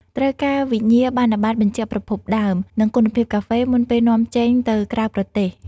ត្រូវការវិញ្ញាបនបត្របញ្ជាក់ប្រភពដើម និងគុណភាពកាហ្វេ មុនពេលនាំចេញទៅក្រៅប្រទេស។